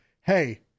hey